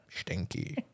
Stinky